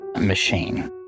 machine